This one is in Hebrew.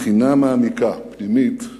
בחינה מעמיקה, פנימית,